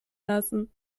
lassen